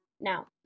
Now